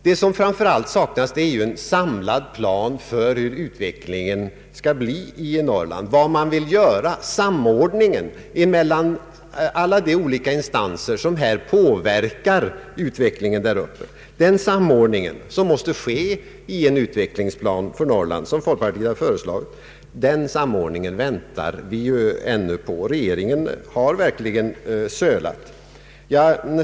Vad som framför allt saknas är en samlad plan för utvecklingen i Norrland. Vi väntar ännu på samordning mellan alla de olika instanser som påverkar utvecklingen där uppe, en samordning som måste göras i en utvecklingsplan för Norrland, vilket folkpartiet föreslagit. Regeringen har verkligen sölat.